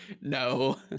No